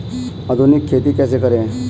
आधुनिक खेती कैसे करें?